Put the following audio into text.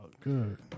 Good